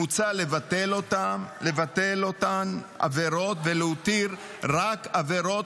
מוצע לבטל את אותן העבירות ולהותיר רק עבירות